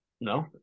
No